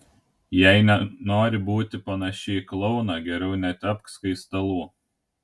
jei nenori būti panaši į klouną geriau netepk skaistalų